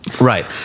Right